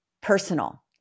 personal